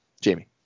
Jamie